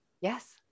Yes